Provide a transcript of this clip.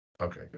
Okay